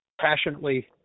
passionately